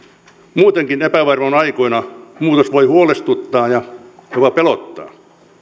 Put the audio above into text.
muutenkin epävarmoina aikoina muutos voi huolestuttaa ja jopa pelottaa